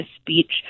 speech